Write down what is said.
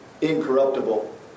Incorruptible